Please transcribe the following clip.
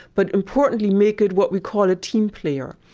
but importantly make it what we call a team player.